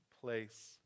place